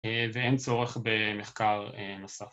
‫ואין צורך במחקר נוסף.